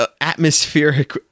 atmospheric